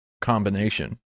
combination